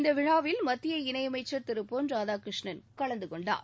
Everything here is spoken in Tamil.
இந்த விழாவில் மத்திய இணையமைச்சர் திரு பொன் ராதாகிருஷ்ணன் கலந்து கொண்டார்